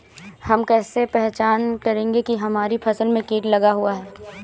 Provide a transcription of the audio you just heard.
हम कैसे पहचान करेंगे की हमारी फसल में कीट लगा हुआ है?